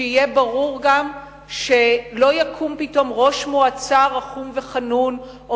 שיהיה ברור גם שלא יקום פתאום ראש מועצה רחום וחנון או